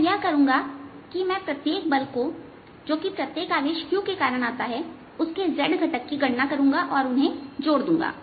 मैं यह करूंगा कि मैं प्रत्येक बल जो कि प्रत्येक आवेश Q के कारण आता है उसके z घटक की गणना करूंगा और उन्हें जोड़ दूंगा